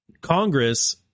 Congress